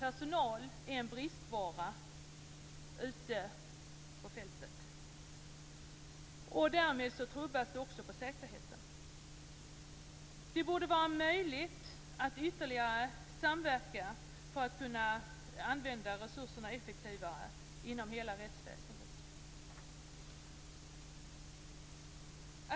Personal är en bristvara ute på fältet. Därmed tummas det på säkerheten. Det borde vara möjligt att ytterligare samverka för att kunna använda resurserna effektivare inom hela rättsväsendet.